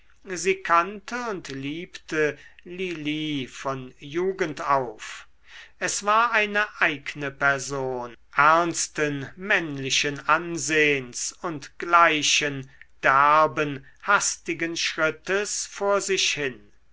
sie kannte und liebte lili von jugend auf es war eine eigne person ernsten männlichen ansehns und gleichen derben hastigen schrittes vor sich hin